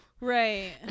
right